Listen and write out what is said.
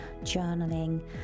journaling